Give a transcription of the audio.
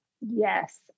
Yes